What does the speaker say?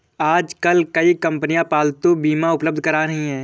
आजकल कई कंपनियां पालतू बीमा उपलब्ध करा रही है